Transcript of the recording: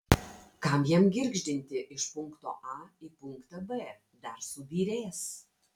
kam jam girgždinti iš punkto a į punktą b dar subyrės